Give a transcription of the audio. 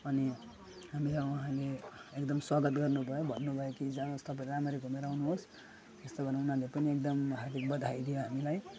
अनि हामीलाई उहाँले एकदम स्वागत गर्नुभयो भन्नुभयो कि जानुहोस् तपाईँ राम्ररी घुमेर आउनुहोस् यस्तो भनेर उनीहरूले पनि एकदम हार्दिक बधाई दियो हामीलाई